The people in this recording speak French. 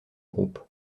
groupe